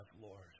Lord